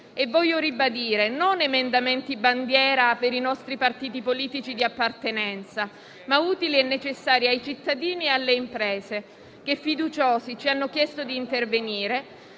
voglio ribadire che non erano emendamenti bandiera per i nostri partiti politici di appartenenza, ma utili e necessari ai cittadini e alle imprese che, fiduciosi, ci avevano chiesto di intervenire)